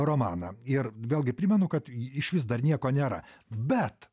romaną ir vėlgi primenu kad išvis dar nieko nėra bet